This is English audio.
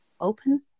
open